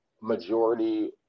majority